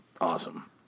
awesome